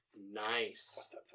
Nice